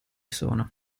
sono